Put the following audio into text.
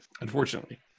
Unfortunately